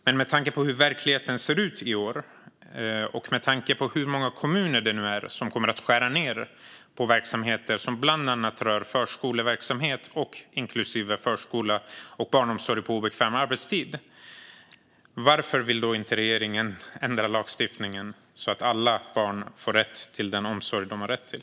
Med tanke på hur verkligheten ser ut i år och med tanke på hur många kommuner som nu kommer att skära ned på verksamheter som bland annat rör förskola, inklusive barnomsorg på obekväm arbetstid, undrar jag därför: Varför vill regeringen inte ändra lagstiftningen så att alla barn kan få den omsorg de har rätt till?